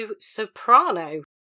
soprano